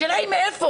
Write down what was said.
השאלה היא מאיפה.